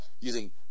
using